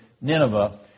Nineveh